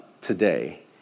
today